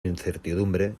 incertidumbre